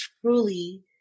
truly